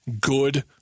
good